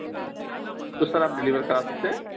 تو سر آپ ڈلیور کرا سکتے ہیں